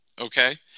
Okay